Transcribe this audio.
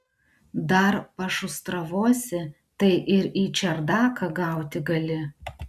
dar pašustravosi tai ir į čerdaką gauti gali